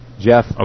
Jeff